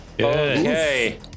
Okay